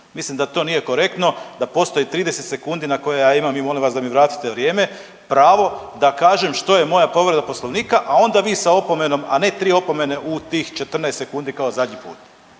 mislim da to nije korektno, da postoji 30 sekundi na koje ja imam i molim vas da mi vratite vrijeme, pravo da kažem što je moja povreda poslovnika, a onda vi sa opomenom, a ne 3 opomene u tih 14 sekundi kao zadnji put